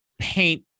paint